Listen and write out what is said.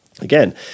Again